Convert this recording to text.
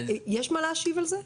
יש מה להשיב על זה?